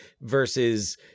versus